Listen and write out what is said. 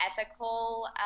ethical